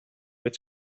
its